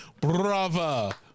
Brava